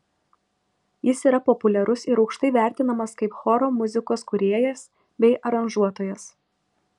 jis yra populiarus ir aukštai vertinamas kaip choro muzikos kūrėjas bei aranžuotojas